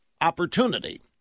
opportunity